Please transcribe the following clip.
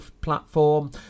platform